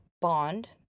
bond